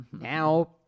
Now